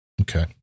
Okay